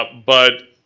but but,